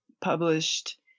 published